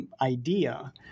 idea